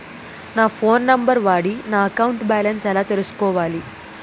నా phone number వాడి నా అకౌంట్ బాలన్స్ ఎలా తెలుసుకోవాలి?